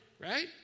Right